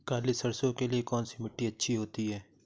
काली सरसो के लिए कौन सी मिट्टी अच्छी होती है?